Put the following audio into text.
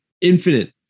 infinite